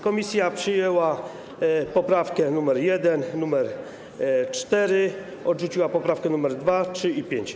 Komisja przyjęła poprawki nr 1 i 4, a odrzuciła poprawki nr 2, 3 i 5.